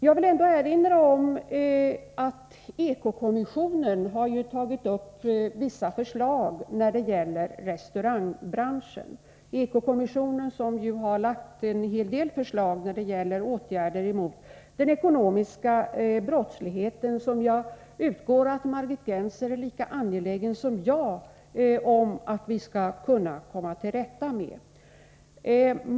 Jag vill ändå erinra om att EKO-kommissionen har tagit upp vissa förslag när det gäller restaurangbranschen. EKO-kommissionen har lagt fram en hel del förslag till åtgärder mot den ekonomiska brottsligheten, vilken jag utgår från att Margit Gennser är lika angelägen som jag om att vi skall kunna komma till rätta med.